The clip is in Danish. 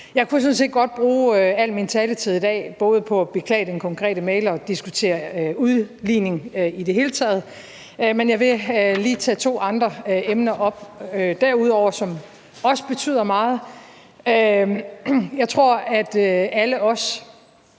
set godt bruge al min taletid i dag på både at beklage den konkrete mail og på at diskutere udligning i det hele taget. Men jeg vil lige tage to andre emner op, som også betyder meget. Jeg tror, at alle os,